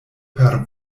per